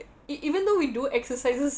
e~ even though we do exercises